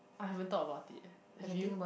I haven't thought about it eh have you